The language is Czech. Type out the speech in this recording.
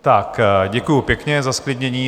Tak děkuju pěkně za zklidnění.